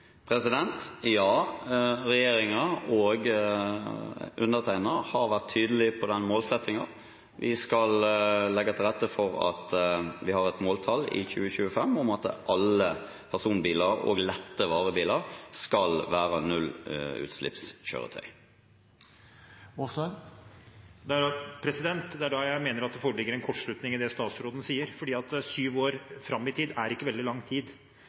Ja, regjeringen og undertegnede har vært tydelig på den målsettingen. Vi skal legge til rette for og har et måltall om at i 2025 skal alle personbiler og lette varebiler være nullutslippskjøretøy. Det er da jeg mener det foreligger en kortslutning i det statsråden sier, for syv år fram i tid er ikke veldig lang tid.